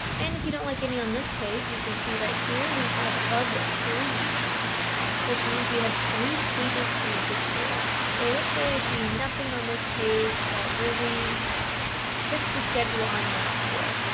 and if you don't like on this page you can see right here we have of three which means we have three pages to look through. so let's say i see nothing on this page that really fits the schedule i'm looking for,